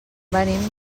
venim